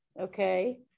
okay